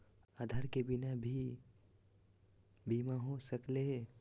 आधार के बिना भी बीमा हो सकले है?